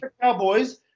Cowboys